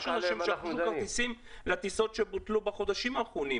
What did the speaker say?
יש אנשים שרכשו כרטיסים לטיסות שבוטלו בחודשים האחרונים.